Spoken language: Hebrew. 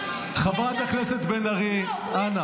חברת הכנסת בן ארי, אנא.